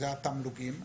זה התמלוגים.